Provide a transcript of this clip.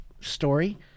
story